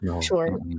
Sure